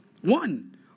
one